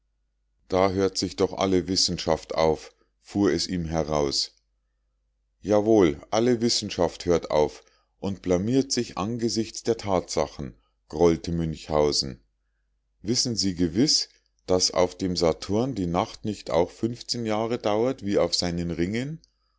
da hört sich doch alle wissenschaft auf fuhr es ihm heraus jawohl alle wissenschaft hört auf und blamiert sich angesichts der tatsachen grollte münchhausen wissen sie gewiß daß auf dem saturn die nacht nicht auch jahre dauert wie auf seinen ringen